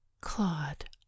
claude